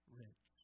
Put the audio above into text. rich